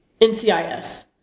NCIS